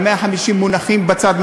ה-150 מונחים בצד,